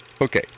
Okay